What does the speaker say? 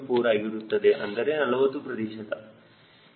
4 ಆಗಿರುತ್ತದೆ ಅಂದರೆ 40 ಪ್ರತಿಶತ